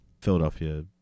Philadelphia